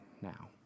now